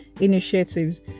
initiatives